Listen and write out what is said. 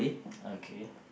okay